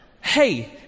Hey